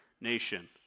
nation